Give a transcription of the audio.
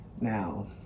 now